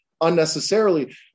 unnecessarily